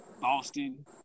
Boston